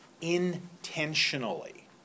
intentionally